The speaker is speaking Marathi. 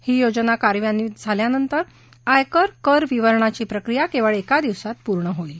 ही योजना कार्यान्वित झाल्यानंतर आयकर कर विवरणाची प्रक्रिया केवळ एका दिवसात पूर्ण होईल